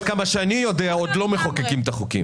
עד כמה שאני יודע הם עוד לא מחוקקים את החוקים.